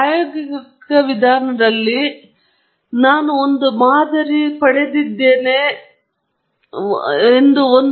ಪ್ರಾಯೋಗಿಕ ವಿಧಾನದಲ್ಲಿ ನಾನು ಒಂದು ಮಾದರಿಯಲ್ಲಿ ಪಡೆದಿದ್ದೇನೆ ಎಂದು ಪ್ಯಾರಾಮೀಟರ್ ಅಂದಾಜಿಸಿದರೆ ಅವುಗಳಲ್ಲಿ ದೊಡ್ಡ ದೋಷಗಳಿವೆಯೇ ಎಂದು ನಾವು ಕೇಳಲು ಬಯಸುತ್ತೇವೆ